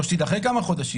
או שהיא תידחה בכמה חודשים.